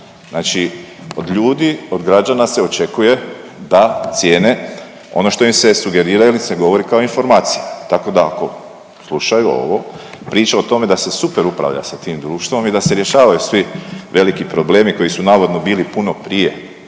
Znači od ljudi, od građana se očekuje da cijene ono što im se sugerira ili se govori kao informacija tako da ako slušaju ovo, pričao tome da se super upravlja sa tim društvom i da se rješavaju svi veliki problemi koji su navodno bili puno prije